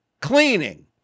Cleaning